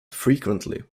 frequently